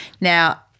Now